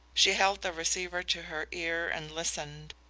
she held the receiver to her ear and listened.